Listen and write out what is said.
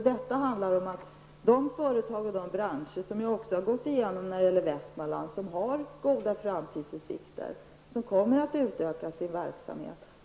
Det handlar också här om de företag och de branscher med goda framtidsutsikter i Västmanland som jag har gått igenom och som kommer att utöka sin verksamhet.